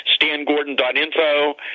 stangordon.info